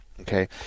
Okay